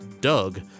Doug